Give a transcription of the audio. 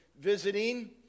visiting